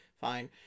Fine